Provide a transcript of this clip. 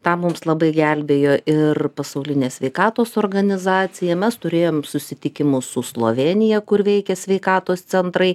tam mums labai gelbėjo ir pasaulinė sveikatos organizacija mes turėjom susitikimus su slovėnija kur veikia sveikatos centrai